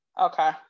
Okay